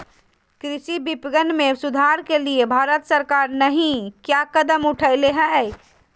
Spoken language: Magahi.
कृषि विपणन में सुधार के लिए भारत सरकार नहीं क्या कदम उठैले हैय?